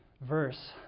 verse